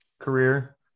career